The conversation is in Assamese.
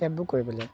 কেব বুক কৰিবলৈ